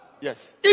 Yes